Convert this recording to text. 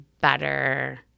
better